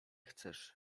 chcesz